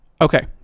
okay